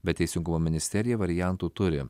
bet teisingumo ministerija variantų turi